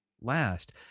last